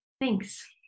Thanks